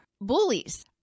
bullies